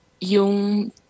Yung